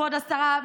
כבוד השרה,